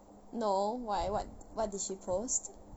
no why what what did she post